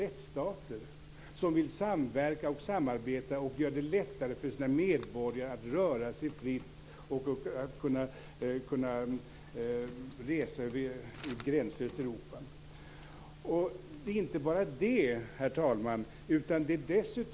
Det har inte Sverige krävt. Jag trodde tidigare att inte heller socialdemokraterna tyckte att federation var eftersträvansvärt. Varför har man då inte begärt samma undantag som Danmark?